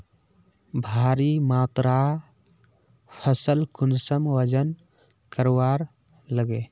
भारी मात्रा फसल कुंसम वजन करवार लगे?